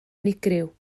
unigryw